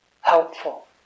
helpful